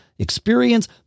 Experience